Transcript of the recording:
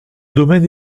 domaine